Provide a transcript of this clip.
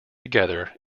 together